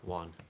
one